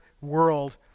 world